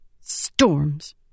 Storms